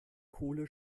kohle